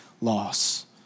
loss